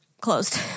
closed